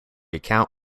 account